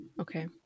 Okay